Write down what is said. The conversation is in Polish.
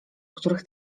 których